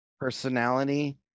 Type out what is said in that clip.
personality